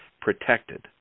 protected